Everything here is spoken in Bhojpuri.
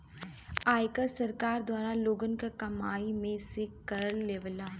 आयकर सरकार द्वारा लोगन क कमाई में से कर लेवला